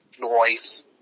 Noise